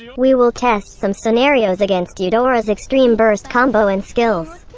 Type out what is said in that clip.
we will test some scenarios against eudora's extreme-burst combo and skills.